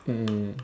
mm